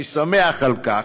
אני שמח על כך.